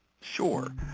Sure